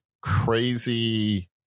crazy